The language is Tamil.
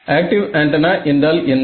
ஆக்டிவ் ஆண்டனா என்றால் என்ன